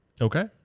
Okay